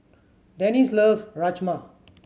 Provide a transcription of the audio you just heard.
Dennis love Rajma